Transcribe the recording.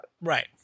Right